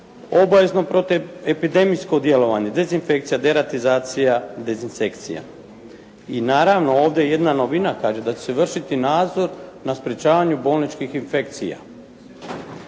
Obavezno protiv epidemijsko djelovanje, dezinfekcija, deratizacija, dezinsekcija i naravno ovdje jedna novina kaže da će se vršiti nadzor na sprečavanju bolničkih infekcija.